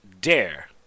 dare